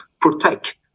protect